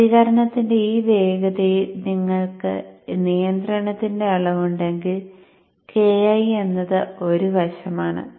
പ്രതികരണത്തിന്റെ ഈ വേഗതയിൽ നിങ്ങൾക്ക് നിയന്ത്രണത്തിന്റെ അളവുണ്ടെങ്കിൽ Ki എന്നത് ഒരു വശമാണ്